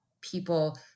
people